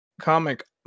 comic